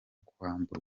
kwamburwa